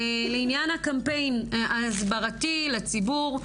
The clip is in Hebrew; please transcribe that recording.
לעניין הקמפיין ההסברתי לציבור,